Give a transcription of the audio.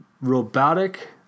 robotic